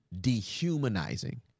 dehumanizing